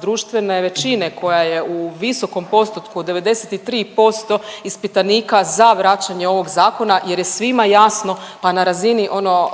društvene većine koja je u visokom postotku, od 93% ispitanika za vraćanje ovog zakona jer je svima jasno, pa na razini ono